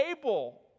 able